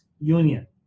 union